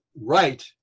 right